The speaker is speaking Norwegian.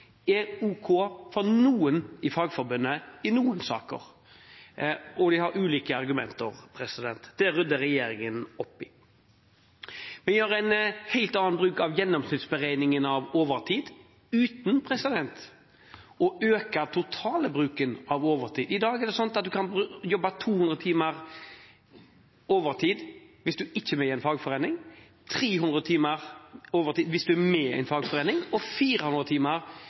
ok for noen i fagforbundet i noen saker, og de har ulike argumenter. Det rydder regjeringen opp i. Vi har en helt annen bruk av gjennomsnittsberegningen av overtid uten å øke den totale bruken av overtid. I dag er det sånn at man kan jobbe 200 timer overtid hvis man ikke er med i en fagforening, 300 timer overtid hvis man er med i en fagforening og 400 timer